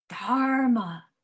Dharma